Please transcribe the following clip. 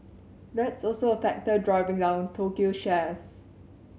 that's also a factor driving down Tokyo shares